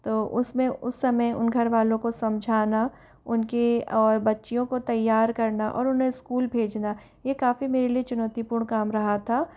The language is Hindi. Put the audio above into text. तो उसमें उस समय उन घरवालों को समझाना उनकी और बच्चियों को तैयार करना और उन्हें स्कूल भेजना यह काफ़ी मेरे लिए चुनौतीपूर्ण काम रहा था